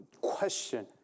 question